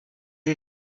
est